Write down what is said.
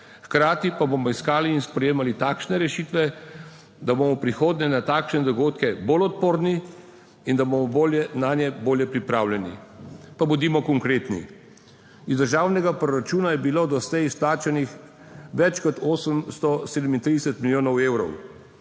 Hkrati pa bomo iskali in sprejemali takšne rešitve, da bomo v prihodnje na takšne dogodke bolj odporni in da bomo bolje nanje bolje pripravljeni. Pa bodimo konkretni. Iz državnega proračuna je bilo doslej izplačanih več kot 837 milijonov evrov,